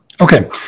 Okay